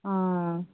অ